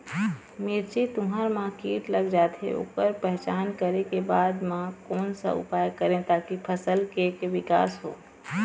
मिर्ची, तुंहर मा कीट लग जाथे ओकर पहचान करें के बाद मा कोन सा उपाय करें ताकि फसल के के विकास हो?